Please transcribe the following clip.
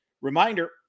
reminder